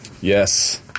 Yes